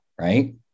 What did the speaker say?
right